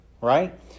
right